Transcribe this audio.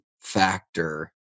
factor